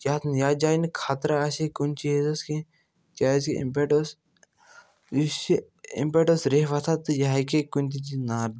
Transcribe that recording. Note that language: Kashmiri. یَتھ نہٕ یَتھ جایہِ نہٕ خطرٕ آسہِ ہا کُنہِ چیٖزَس کیٚنٛہہ کیٛازکہِ اَمہِ پٮ۪ٹھ ٲسۍ یُس یہِ اَمہِ پٮ۪ٹھ ٲسۍ ریٚہہ وۅتھان تہٕ یہِ ہیٚکہِ ہا کُنہِ تہِ چیٖزَس نار دِتھ